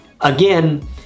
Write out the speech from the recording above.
Again